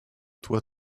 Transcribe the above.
toi